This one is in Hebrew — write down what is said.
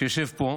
שיושב פה,